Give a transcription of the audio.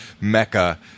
Mecca